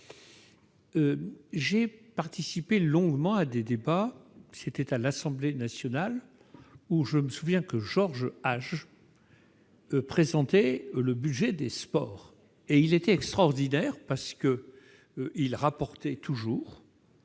J'ai participé longuement à des débats à l'Assemblée nationale. Je me souviens que Georges Hage présentait le budget des sports. Il était extraordinaire. Il rapportait toujours